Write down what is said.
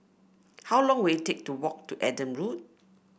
how long will it take to walk to Adam Park